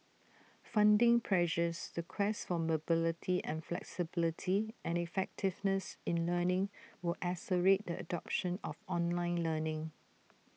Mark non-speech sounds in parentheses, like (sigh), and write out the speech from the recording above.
funding pressures the quest for mobility and flexibility and effectiveness in learning will (unintelligible) the adoption of online learning